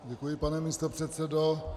Děkuji, pane místopředsedo.